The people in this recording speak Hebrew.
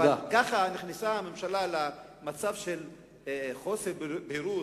אבל ככה הממשלה נכנסה למצב של חוסר בהירות,